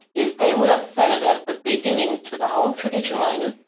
if they would have said it at the beginning to the whole traditional owners,